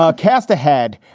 ah cast ahead.